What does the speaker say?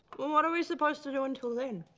what are we supposed to do until then?